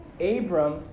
Abram